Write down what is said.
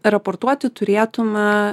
raportuoti turėtume